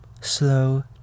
slow